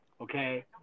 Okay